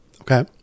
Okay